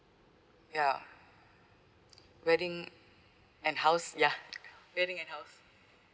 ya wedding and house ya wedding and house